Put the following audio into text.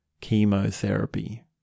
chemotherapy